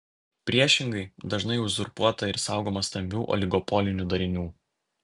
priešingai dažnai uzurpuota ir saugoma stambių oligopolinių darinių